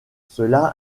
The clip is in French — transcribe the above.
cela